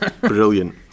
Brilliant